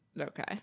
Okay